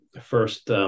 first